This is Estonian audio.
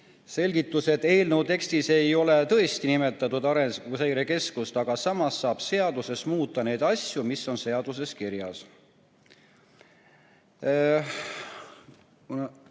selgitus, et eelnõu tekstis ei ole tõesti nimetatud Arenguseire Keskust, aga samas saab seadusega muuta neid asju, mis on seaduses kirjas. Siis üle